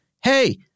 Hey